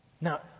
Now